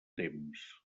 temps